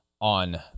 on